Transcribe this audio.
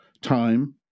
time